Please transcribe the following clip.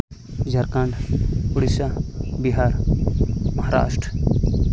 Jharkhand Odisha Bihar Maharashtra